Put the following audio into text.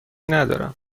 ندارم